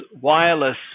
wireless